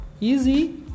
easy